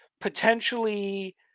potentially